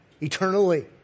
eternally